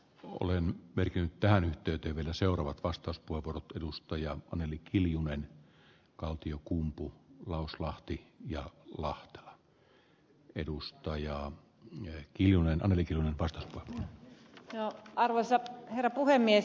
olen pyrkinyt tähän tyytyväinen seurue bastos luopunut edustaja anneli kiljunen kaltiokumpu lauslahti ja lahtea edustajia ja kiljunen anneli kinnunen taisto te arvoisa herra puhemies